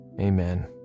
amen